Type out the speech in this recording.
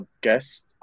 guest